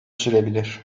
sürebilir